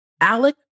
Alec